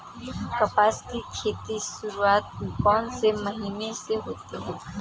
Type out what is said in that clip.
कपास की खेती की शुरुआत कौन से महीने से होती है?